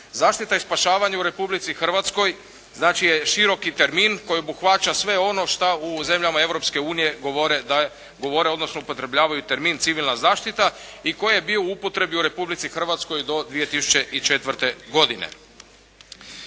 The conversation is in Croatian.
Zaštita i spašavanje u Republici Hrvatskoj znači je široki termin koji obuhvaća sve ono što u zemljama Europske unije govore odnosno upotrebljavaju termin civilna zaštita i koji je bio u upotrebi u Republici Hrvatskoj do 2004. godine.